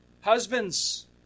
Husbands